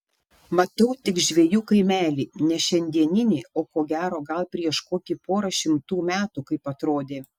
matau tik žvejų kaimelį ne šiandieninį o ko gero gal prieš kokį porą šimtų metų kaip atrodė